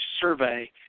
survey